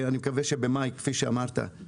אני מקווה שבמאי כפי שאמרת יתקיים דיון.